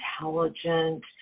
intelligent